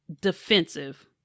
defensive